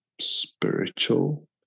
spiritual